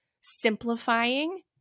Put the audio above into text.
simplifying